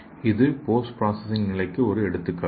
இது post processing நிலைக்கு ஒரு எடுத்துக்காட்டு